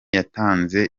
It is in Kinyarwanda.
yatanze